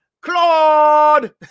Claude